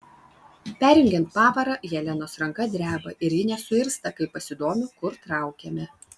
perjungiant pavarą helenos ranka dreba ir ji nesuirzta kai pasidomiu kur traukiame